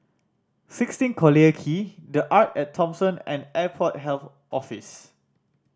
Sixteen Collyer Quay The Arte At Thomson and Airport Health Office